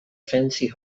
fancy